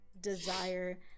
desire